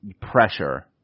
pressure